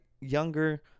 younger